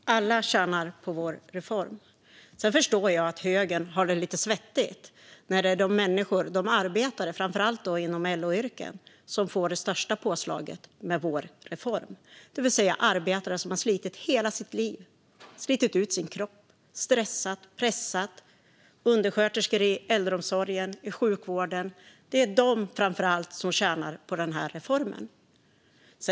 Fru talman! Alla tjänar på vår reform. Sedan förstår jag att högern har det lite svettigt när det är människor och arbetare framför allt inom LO-yrken som får det största påslaget med vår reform. Det är alltså arbetare som har slitit i hela sitt liv. De har slitit ut sin kropp och stressat och pressat. Det är undersköterskor i äldreomsorgen och i sjukvården. Det är framför allt de som tjänar på denna reform.